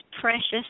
precious